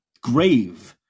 grave